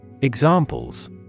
Examples